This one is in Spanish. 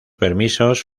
permisos